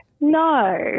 no